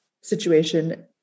situation